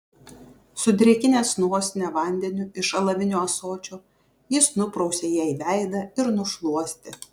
sudrėkinęs nosinę vandeniu iš alavinio ąsočio jis nuprausė jai veidą ir nušluostė